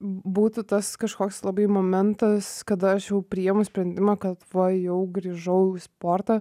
būtų tas kažkoks labai momentas kada aš jau priėmus sprendimą kad va jau grįžau į sportą